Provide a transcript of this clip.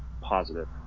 positive